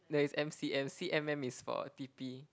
there is M_C_M C_M_M is for P_P